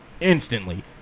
instantly